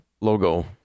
logo